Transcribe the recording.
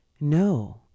No